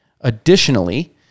Additionally